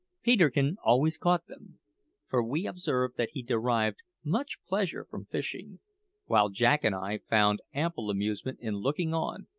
peterkin always caught them for we observed that he derived much pleasure from fishing while jack and i found ample amusement in looking on,